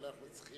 אבל אנחנו צריכים,